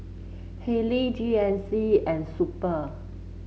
Haylee G N C and Super